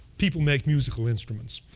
people make musical instruments.